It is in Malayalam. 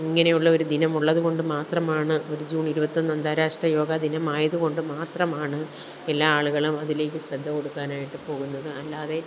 ഇങ്ങനെയുള്ള ഒരു ദിനം ഉള്ളതുകൊണ്ട് മാത്രമാണ് ഒരു ജൂണ് ഇരുപത്തൊന്ന് അന്താരാഷ്ട്ര യോഗ ദിനം ആയതുകൊണ്ട് മാത്രമാണ് എല്ലാ ആളുകളും അതിലേക്ക് ശ്രദ്ധ കൊടുക്കാനായിട്ട് പോകുന്നത് അല്ലാതെ